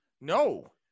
No